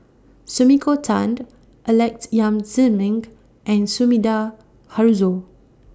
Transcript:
Sumiko Tan Alex Yam Ziming and Sumida Haruzo